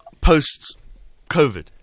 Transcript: post-COVID